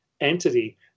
entity